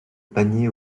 panier